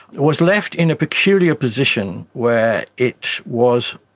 was left in a peculiar position where it was